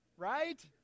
right